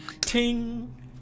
Ting